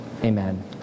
amen